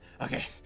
okay